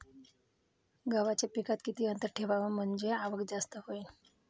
गव्हाच्या पिकात किती अंतर ठेवाव म्हनजे आवक जास्त होईन?